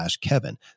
kevin